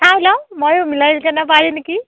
চাই লম ময়ো মিলাই কেনে পাৰি নিকি